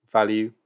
value